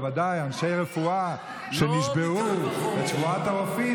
בוודאי אנשי רפואה שנשבעו בשבועת הרופאים,